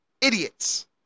idiots